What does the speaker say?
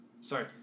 Sorry